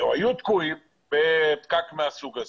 היו תקועים בפקק מהסוג הזה.